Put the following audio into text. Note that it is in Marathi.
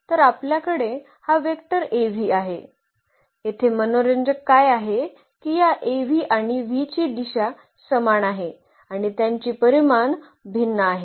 तर आपल्याकडे हा वेक्टर Av आहे येथे मनोरंजक काय आहे की या Av आणि v ची दिशा समान आहे आणि त्यांची परिमाण भिन्न आहे